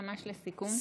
ממש לסיכום.